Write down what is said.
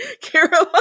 Caroline